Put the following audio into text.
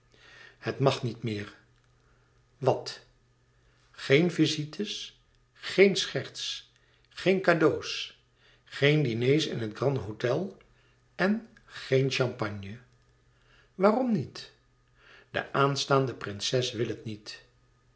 het mag niet meer wat geen visites geen scherts geen cadeaux geen diners in het grand-hôtel en geen champagne e ids aargang aarom niet de aanstaande prinses wil het niet